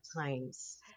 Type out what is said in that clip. times